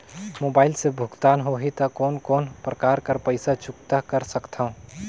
Mobile से भुगतान होहि त कोन कोन प्रकार कर पईसा चुकता कर सकथव?